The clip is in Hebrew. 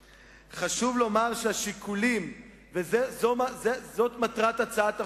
חשוב לומר שהשיקולים, וזאת מטרת הצעת החוק,